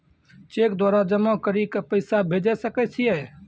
Cheque द्वारा जमा करि के पैसा भेजै सकय छियै?